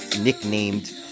nicknamed